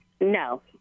No